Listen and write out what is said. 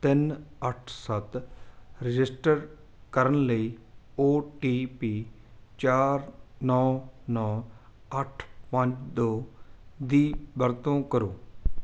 ਤਿੰਨ ਅੱਠ ਸੱਤ ਰਜਿਸਟਰ ਕਰਨ ਲਈ ਓ ਟੀ ਪੀ ਚਾਰ ਨੌ ਨੌ ਅੱਠ ਪੰਜ ਦੋ ਦੀ ਵਰਤੋਂ ਕਰੋ